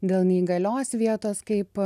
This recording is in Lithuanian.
dėl neįgalios vietos kaip